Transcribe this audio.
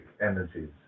energies